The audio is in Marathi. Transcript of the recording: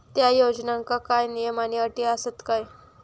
त्या योजनांका काय नियम आणि अटी आसत काय?